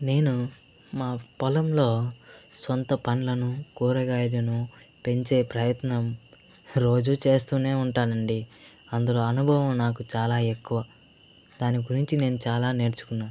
నేను మా పొలంలో సొంత పన్లను కూరగాయలను పెంచే ప్రయత్నం రోజు చేస్తూనే ఉంటానండి అందులో అనుభవం నాకు చాలా ఎక్కువ దాని గురించి నేను చాలా నేర్చుకున్నా